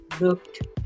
looked